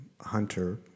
Hunter